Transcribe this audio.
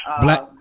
Black